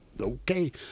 okay